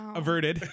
averted